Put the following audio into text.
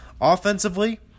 offensively